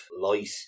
light